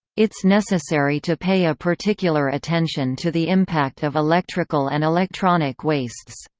it's necessary to pay a particular attention to the impact of electrical and electronic wastes.